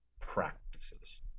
practices